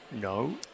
No